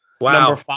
Wow